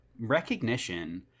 recognition –